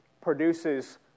produces